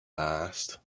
asked